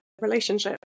relationship